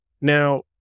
Now